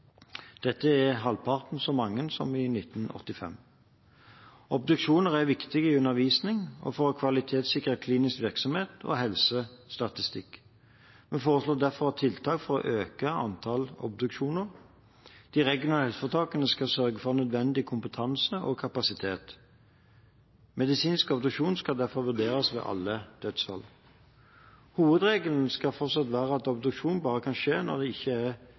Dette er halvparten så mange som i 1985. Obduksjoner er viktige i undervisning og for å kvalitetssikre klinisk virksomhet og helsestatistikk. Vi foreslår derfor tiltak for å øke antallet obduksjoner. De regionale helseforetakene skal sørge for nødvendig kompetanse og kapasitet. Medisinsk obduksjon skal derfor vurderes ved alle dødsfall. Hovedregelen skal fortsatt være at obduksjon bare kan skje når det ikke er